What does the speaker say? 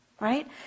right